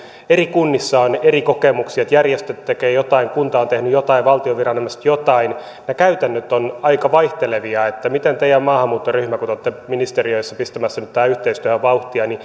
eri kunnissa on eri kokemuksia että järjestöt tekevät jotain kunta on tehnyt jotain valtion viranomaiset jotain ja käytännöt ovat aika vaihtelevia miten ministeri teidän maahanmuuttoryhmänne kun te olette ministeriöissä pistämässä nyt tähän yhteistyöhön vauhtia